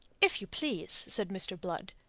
if you please, said mr. blood,